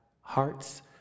hearts